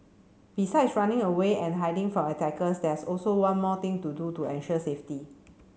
besides running away and hiding from attackers there's also one more thing to do to ensure safety